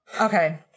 Okay